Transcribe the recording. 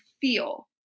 feel